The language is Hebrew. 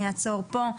אני אעצור פה.